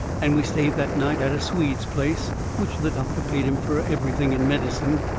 and we stayed that night at a swede's place, which the doctor paid him fur everything in medicine,